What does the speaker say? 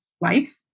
life